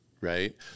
right